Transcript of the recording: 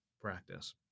practice